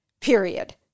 Period